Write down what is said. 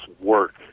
work